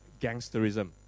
gangsterism